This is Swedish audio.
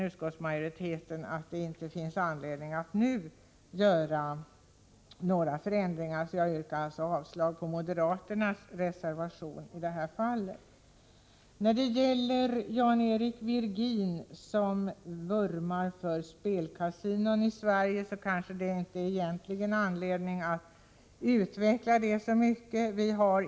Utskottsmajoriteten anser därför att det inte nu finns anledning att vidta några förändringar. Jag yrkar därför avslag på moderaternas reservation. Jan-Eric Virgin vurmar för spelkasinon i Sverige. Det finns egentligen inte anledning för mig att kommentera det närmare.